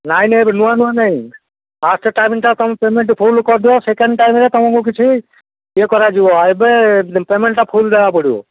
ନାଇଁ ନାଇଁ ଏବେ ନୂଆ ନୂଆ ନାଇଁ ଫାଷ୍ଟ ଟାଇମଟା ତୁମେ ପେମେଣ୍ଟ ଫୁଲ୍ କରିଦିଅ ସେକେଣ୍ଡ ଟାଇମ୍ରେ ତମକୁ କିଛି ଇଏ କରାଯିବ ଏବେ ପେମେଣ୍ଟଟା ଫୁଲ୍ ଦେବାକୁ ପଡ଼ିବ